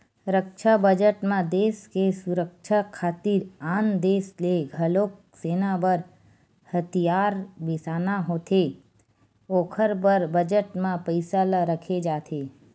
रक्छा बजट म देस के सुरक्छा खातिर आन देस ले घलोक सेना बर हथियार बिसाना होथे ओखर बर बजट म पइसा ल रखे जाथे